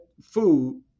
food